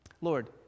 Lord